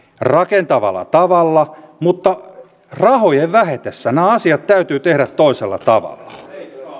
rakentavalla tavalla mutta rahojen vähetessä nämä asiat täytyy tehdä toisella tavalla